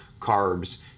carbs